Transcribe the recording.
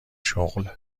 شغل